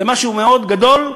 זה משהו מאוד גדול,